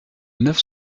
neuf